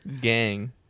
Gang